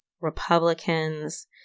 Republicans